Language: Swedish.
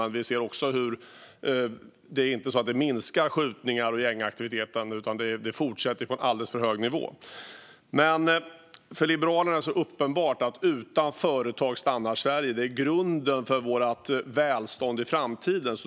Men vi ser också att skjutningarna och gängaktiviteten inte minskar utan fortsätter på en alldeles för hög nivå. För Liberalerna är det uppenbart att utan företag stannar Sverige. De är grunden för vårt välstånd i framtiden.